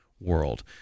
world